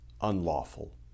unlawful